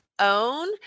own